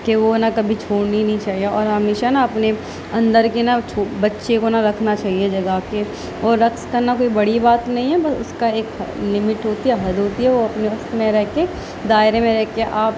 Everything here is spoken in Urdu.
کہ وہ نا کبھی چھوڑنی نہیں چاہیے اور ہمیشہ نا اپنے اندر کی نا بچے کو نا رکھنا چاہیے جگا کے اور رقص کرنا کوئی بڑی بات نہیں ہے بس اس کا ایک لیمٹ ہوتی ہے حد ہوتی ہے وہ اپنے بس میں رہ کے دائرے میں رہ کے آپ